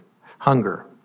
hunger